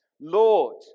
Lord